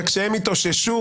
וכשהם יתאוששו